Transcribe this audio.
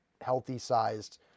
healthy-sized